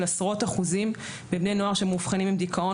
עשרות אחוזים של בני נוער שמאובחנים עם דיכאון,